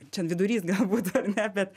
čia vidurys galbūt ar ne bet